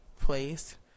place